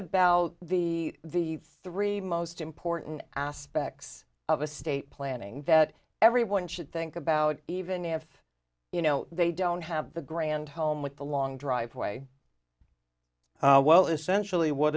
about the three most important aspects of a state planning that everyone should think about even if you know they don't have the grand home with the long driveway well essentially what